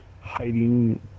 hiding